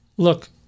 Look